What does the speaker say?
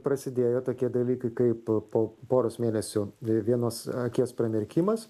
prasidėjo tokie dalykai kaip po poros mėnesių vienos akies pramerkimas